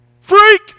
Freak